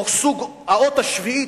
או סוג האות השביעית,